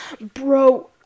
Bro